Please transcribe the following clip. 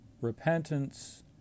repentance